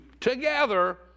together